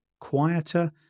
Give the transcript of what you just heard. quieter